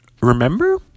Remember